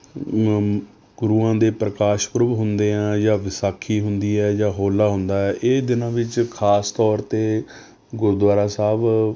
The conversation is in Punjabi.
ਗੁਰੂਆਂ ਦੇ ਪ੍ਰਕਾਸ਼ ਪੁਰਬ ਹੁੰਦੇ ਹੈ ਜਾਂ ਵਿਸਾਖੀ ਹੁੰਦੀ ਹੈ ਜਾਂ ਹੋਲਾ ਹੁੰਦਾ ਹੈ ਇਹ ਦਿਨਾਂ ਵਿੱਚ ਖ਼ਾਸ ਤੌਰ 'ਤੇ ਗੁਰਦੁਆਰਾ ਸਾਹਿਬ